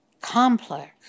complex